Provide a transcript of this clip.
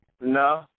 No